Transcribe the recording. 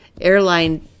airline